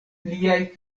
liaj